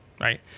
right